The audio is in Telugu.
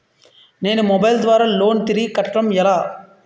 నేను మొబైల్ ద్వారా లోన్ తిరిగి కట్టడం ఎలా?